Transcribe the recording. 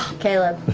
caleb,